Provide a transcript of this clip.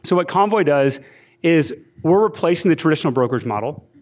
so what convoy does is we're replacing the traditional brokerage model.